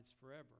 forever